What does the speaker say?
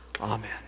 amen